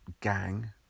gang